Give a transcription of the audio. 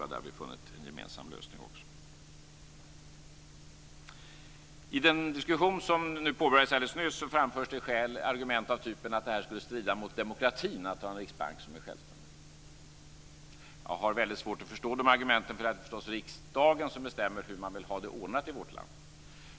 Även där har vi funnit en gemensam lösning. I den diskussion som påbörjades alldeles nyss framförs det argument av typen att det skulle strida mot demokratin att ha en riksbank som är självständig. Jag har väldigt svårt att förstå de argumenten. Det är riksdagen som bestämmer hur man vill ha det ordnat i vårt land.